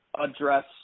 address